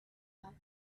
out